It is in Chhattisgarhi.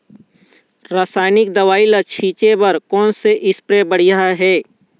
रासायनिक दवई ला छिचे बर कोन से स्प्रे बढ़िया हे?